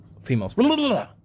Females